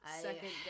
second